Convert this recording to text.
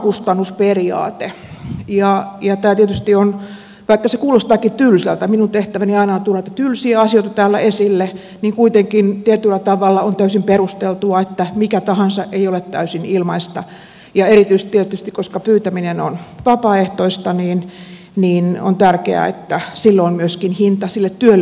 tämä tietysti on vaikka se kuulostaakin tylsältä minun tehtäväni aina on tuoda näitä tylsiä asioita täällä esille kuitenkin tietyllä tavalla täysin perusteltua että mikä tahansa ei ole täysin ilmaista ja erityisesti tietysti koska pyytäminen on vapaaehtoista on tärkeää että silloin myöskin sille työlle on hinta määritetty